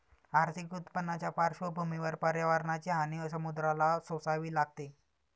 आर्थिक उत्पन्नाच्या पार्श्वभूमीवर पर्यावरणाची हानी समुद्राला सोसावी लागते